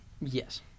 Yes